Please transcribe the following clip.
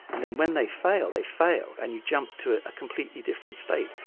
and then when they fail they fail and you jump to a completely different state,